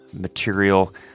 material